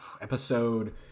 episode